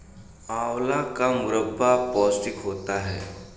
आंवला का मुरब्बा पौष्टिक होता है